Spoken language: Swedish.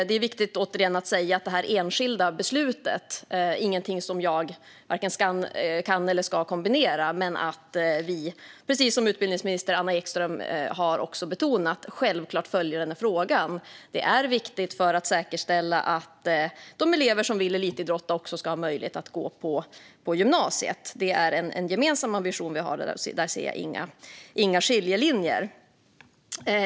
Det är viktigt, återigen, att säga att det enskilda beslutet inte är någonting som jag vare sig kan eller ska kommentera. Men precis som också utbildningsminister Anna Ekström har betonat följer vi den här frågan. Det är viktigt för att säkerställa att de elever som vill elitidrotta också ska ha möjlighet att gå på gymnasiet. Det är en gemensam ambition vi har. Där ser jag inga skiljelinjer.